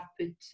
put